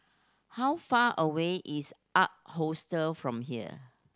how far away is Ark Hostel from here